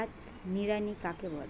হাত নিড়ানি কাকে বলে?